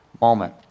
moment